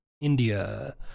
India